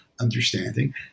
understanding